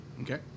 Okay